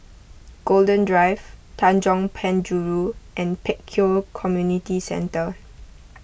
Golden Drive Tanjong Penjuru and Pek Kio Community Centre